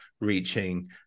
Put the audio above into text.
reaching